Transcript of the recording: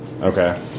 Okay